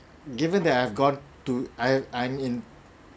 given that I've got to I I'm in